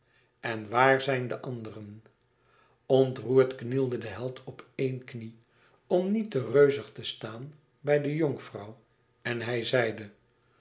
en waar zijn de anderen ontroerd knielde de held op éen knie om niet te reuzig te staan bij de jonkvrouw en hij zeide